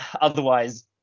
otherwise